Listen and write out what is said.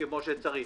כפי שצריך.